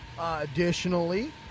Additionally